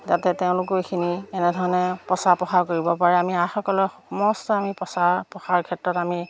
যাতে তেওঁলোকেও এইখিনি এনেধৰণে প্ৰচাৰ প্ৰসাৰ কৰিব পাৰে আমি আইসকলে সমস্ত আমি প্ৰচাৰ প্ৰসাৰৰ ক্ষেত্ৰত আমি